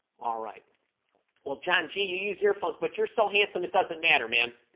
all right well john gee you use earphones but you're so handsome it doesn't matter man